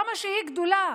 כמה שהיא גדולה,